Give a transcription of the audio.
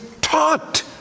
taught